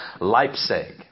Leipzig